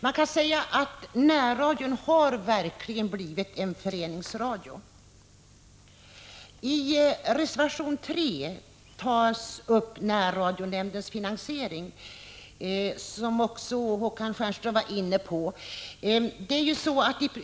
Man kan säga att närradion verkligen har blivit en föreningsradio. I reservation nr 3 tas närradionämndens finansiering upp, en fråga som också Håkan Stjernlöf var inne på.